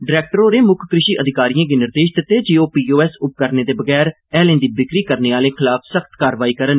director होरें मुक्ख कृषि अधिकारिएं गी निर्देश दित्ते जे ओह् पी ओ एस उपकरणें दे बगैर हैलें दी बिक्री करने आहलें खलाफ सख्त कार्रवाई करन